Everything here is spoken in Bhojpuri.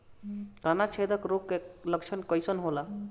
तना छेदक रोग का लक्षण कइसन होला?